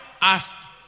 asked